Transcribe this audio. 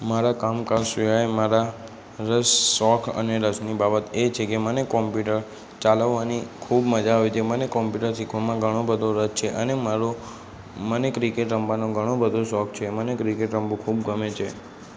મારા કામકાજ સિવાય મારા રસ શોખ અને રસની બાબત એ છે કે મને કોમ્પ્યુટર ચલાવવાની ખૂબ મજા આવે છે મને કોમ્પ્યુટર શીખવામાં ઘણો બધો રસ છે અને મારો મને ક્રિકેટ રમવાનો ઘણો બધો શોખ છે મને ક્રિકેટ રમવું ખૂબ ગમે છે